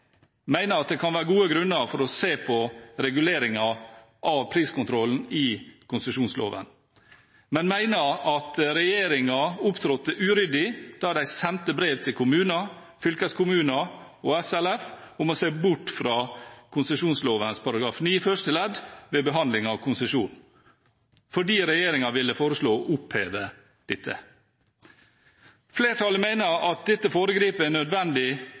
det kan være gode grunner for å se på reguleringen av priskontrollen i konsesjonsloven, men mener at regjeringen opptrådte uryddig da den sendte brev til kommuner, fylkeskommuner og SLF om å se bort fra konsesjonsloven § 9 første ledd ved behandling av konsesjon, fordi regjeringen ville foreslå å oppheve dette. Flertallet mener dette foregriper en nødvendig